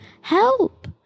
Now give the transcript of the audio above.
Help